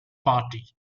party